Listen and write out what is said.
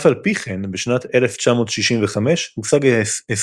אף על פי כן, בשנת 1965 הושג הסכם,